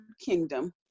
kingdom